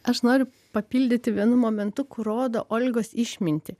aš noriu papildyti vienu momentu kur rodo olgos išmintį